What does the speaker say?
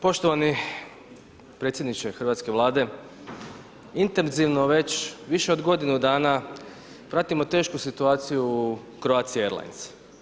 Poštovani predsjedniče hrvatske Vlade, intenzivno već više od godinu dana pratimo tešku situaciju u Croatia Airlines.